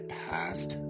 past